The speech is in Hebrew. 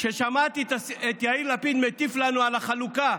כששמעתי את יאיר לפיד מטיף לנו על החלוקה,